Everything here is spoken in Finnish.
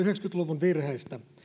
luvun virheistä